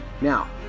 now